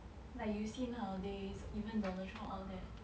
like you see nowadays even donald trump all that